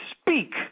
speak